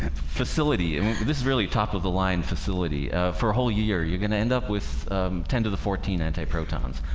facility and this is really top of the line facility for a whole year you're gonna end up with ten to the fourteen antiprotons,